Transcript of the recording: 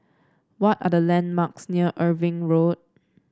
what are the landmarks near Irving Road